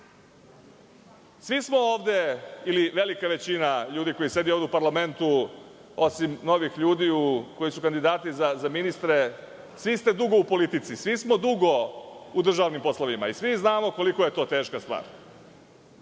pod dva. Velika većina ljudi koji sedi ovde u parlamentu, osim novih ljudi koji su kandidati za ministre, je dugo u politici. Svi smo dugo u državnim poslovima i svi znamo koliko je to teška stvar.